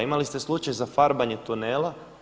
Imali ste slučaj za farbanje tunela.